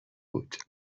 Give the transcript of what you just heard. بود